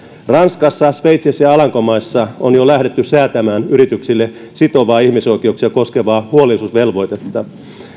ranskassa sveitsissä ja alankomaissa on jo lähdetty säätämään yrityksille sitovaa ihmisoikeuksia koskevaa huolellisuusvelvoitetta